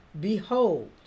Behold